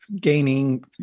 gaining